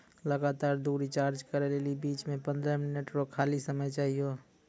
लगातार दु रिचार्ज करै लेली बीच मे पंद्रह मिनट रो खाली समय चाहियो